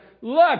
look